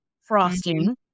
frosting